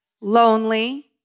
lonely